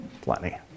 Plenty